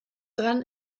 dran